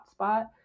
hotspot